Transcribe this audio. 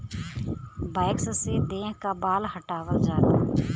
wax से देह क बाल हटावल जाला